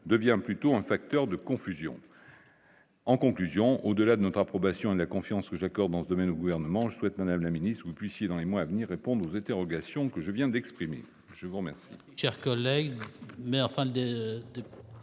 devient plutôt un facteur de confusion. En conclusion, au-delà de notre approbation de la confiance que j'accordance domaine au gouvernement, je souhaite, Madame la Ministre, vous puissiez dans les mois à venir répondre interrogation que je viens d'exprimer, je vous remercie.